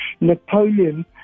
Napoleon